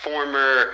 former